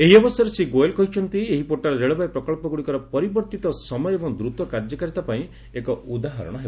ଏହି ଅବସରରେ ଶ୍ରୀ ଗୋଏଲ୍ କହିଛନ୍ତି ଏହି ପୋର୍ଟାଲ୍ ରେଳବାଇ ପ୍ରକଳ୍ପଗୁଡ଼ିକର ପରିବର୍ଭିତ ସମୟ ଏବଂ ଦୃତ କାର୍ଯ୍ୟକାରୀତା ପାଇଁ ଏକ ଉଦାହରଣ ହେବ